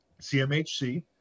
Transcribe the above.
CMHC